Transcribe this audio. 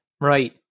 Right